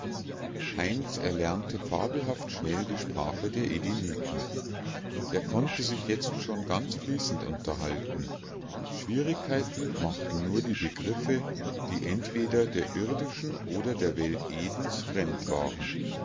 heinz erlernte fabelhaft schnell die sprache der edeniten er konnte sich jetzt schon ganz fließend unterhalten schwierigkeiten machten nur die begriffe die entweder der irdischen oder der welt edens fremd waren